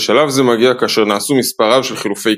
ושלב זה מגיע כאשר נעשו מספר רב של חילופי